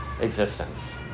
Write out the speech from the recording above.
existence